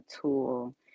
tool